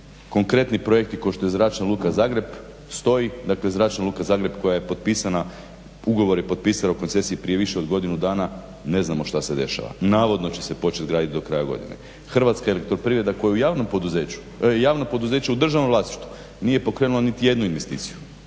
Konkretni projekti kao što je Zračna luka Zagreb stoji, dakle Zračna luka Zagreb koja je potpisana, ugovor je potpisan o koncesiji prije više od godinu dana, ne znamo šta se dešava, navodno će se počet gradit do kraja godine. Hrvatska elektroprivreda koju je javno poduzeće u državnom vlasništvu nije pokrenula niti jednu investiciju